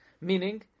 meaning